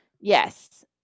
Yes